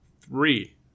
three